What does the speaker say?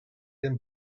dem